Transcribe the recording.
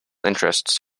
interests